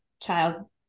child